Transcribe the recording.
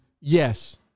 yes